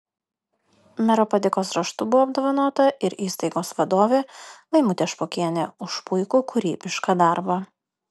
mero padėkos raštu buvo apdovanota ir įstaigos vadovė laimutė špokienė už puikų kūrybišką darbą